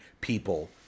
people